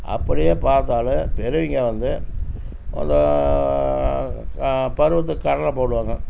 அப்படியே பார்த்தாலும் பெரியவங்க வந்து மொதல் பருவத்துக்கு கடலை போடுவாங்க